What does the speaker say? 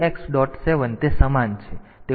તેથી તેઓ carry flag પર આવશે